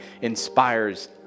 inspires